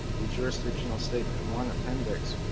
the jurisdictional statement one appendix,